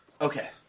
Okay